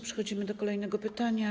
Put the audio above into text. Przechodzimy do kolejnego pytania.